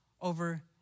over